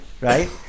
right